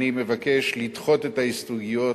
אני מבקש לדחות את ההסתייגויות,